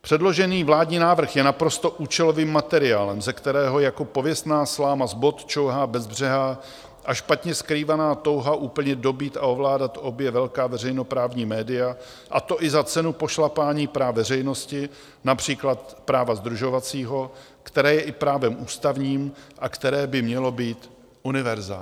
Předložený vládní návrh je naprosto účelovým materiálem, ze kterého jako pověstná sláma z bot čouhá bezbřehá a špatně skrývaná touha úplně dobýt a ovládat obě velká veřejnoprávní média, a to i za cenu pošlapání práv veřejnosti, například práva sdružovacího, které je i právem ústavním a které by mělo být univerzální.